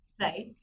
right